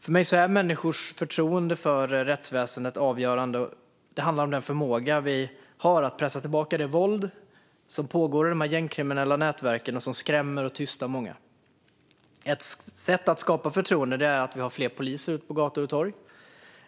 För mig är människors förtroende för rättsväsendet avgörande. Det handlar om vår förmåga att pressa tillbaka det våld som pågår i de gängkriminella närverken och som skrämmer och tystar många. Ett sätt att skapa förtroende är att ha fler poliser ute på gator och torg.